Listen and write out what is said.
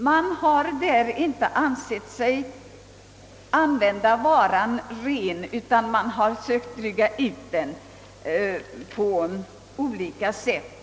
Varan har inte använts ren, utan man har försökt dryga ut den på olika sätt.